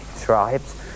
tribes